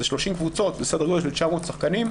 30 קבוצות וסדר גודל של 900 שחקנים.